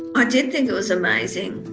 i did think it was amazing.